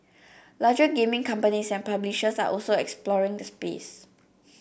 larger gaming companies and publishers are also exploring the space